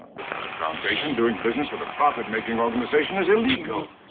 because a foundation doing business with a profit-making organization is illegal!